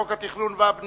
חוק התכנון והבנייה